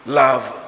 love